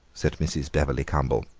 said mrs. bebberly cumble.